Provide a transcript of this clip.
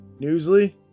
Newsly